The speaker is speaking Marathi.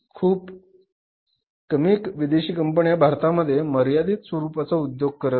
खूप कमी विदेशी कंपन्या भारतामध्ये मर्यादित स्वरूपात उद्योग करत होत्या